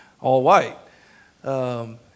all-white